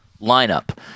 lineup